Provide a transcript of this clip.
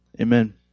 Amen